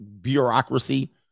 bureaucracy